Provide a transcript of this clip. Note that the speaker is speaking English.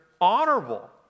honorable